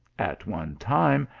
at one time,